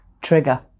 trigger